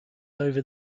over